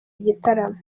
igitaramo